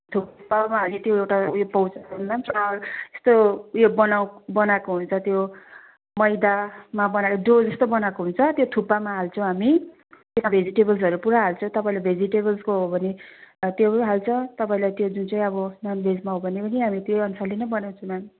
थुक्पामा हाल्ने उयो त्यो एउटा पाउँछ मेम यस्तो उयो बनाक बनाएको हुन्छ त्यो मैदामा बनाएको डो जस्तै बनाएको हुन्छ त्यो थुक्पामा हाल्छौँ हामी त्यहाँ भेजिटेबल्सहरू पुरा हाल्छौँ तपाईँले भेजिटेबल्स्को हो भने त्यो पनि हाल्छौँ तपाईँलाई त्यो जुन चाहिँ अब नन भेजमा हो भने पनि हामी त्यो अनुसारले नै बनाउछौँ मेम